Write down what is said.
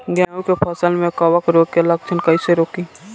गेहूं के फसल में कवक रोग के लक्षण कईसे रोकी?